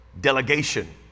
delegation